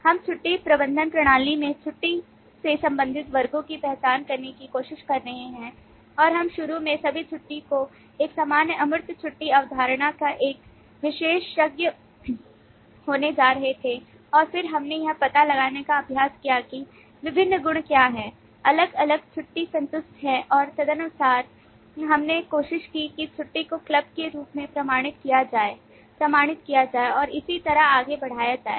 हम छुट्टी प्रबंधन प्रणाली में छुट्टी से संबंधित वर्गों की पहचान करने की कोशिश कर रहे हैं और हम शुरू में सभी छुट्टी को एक सामान्य अमूर्त छुट्टी अवधारणा का एक विशेषज्ञ होने जा रहे थे और फिर हमने यह पता लगाने का अभ्यास किया कि विभिन्न गुण क्या हैं अलग अलग छुट्टीसंतुष्ट हैं और तदनुसार हमने कोशिश की कि छुट्टी को क्लब के रूप में प्रमाणित किया जाए प्रमाणित किया जाए और इसी तरह आगे बढ़ाया जाए